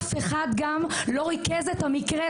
אף אחד גם לא ריכז את המקרה.